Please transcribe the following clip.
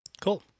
Cool